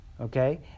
okay